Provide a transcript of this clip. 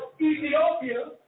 Ethiopia